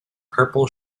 purple